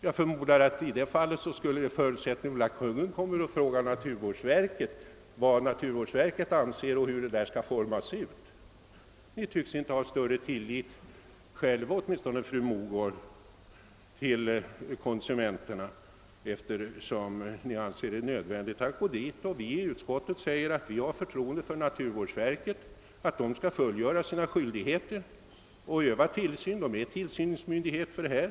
Jag förmodar att ni i det fallet förutsätter att Kungl. Maj:t frågar naturvårdsverket på vilket sätt kungörelsen skall utformas. Ni tycks själva — åtminstone fru Mogård — inte ha större tillit till konsumenterna, eftersom ni anser det nödvändigt att vända er till Kungl. Maj:t. Vi i utskottet säger oss ha förtroende för naturvårdsverket och förväntar att detta skall fullgöra sina skyldigheter och utöva tillsyn, eftersom verket är tillsyningsmyndighet för dessa saker.